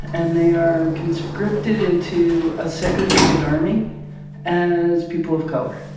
and they are conscripted into a segregated army as people of color,